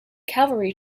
cavalry